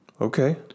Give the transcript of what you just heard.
Okay